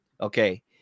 okay